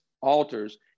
alters